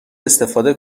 استفاده